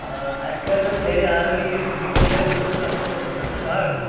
آ اَسہِ کیاہ حظ ٲس گَرِ آلریڈی یہِ فِٹنگ وغیرہ کٔرمٕژ اَتھ چھُ کَتہِ تام شاٹ